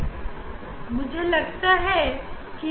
यह बीच वाला जो की सफेद रंग का है उसे देखिए